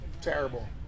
Terrible